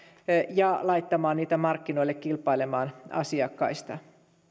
ja laittamaan niitä markkinoille kilpailemaan asiakkaista